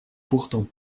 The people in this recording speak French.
pourtant